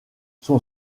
son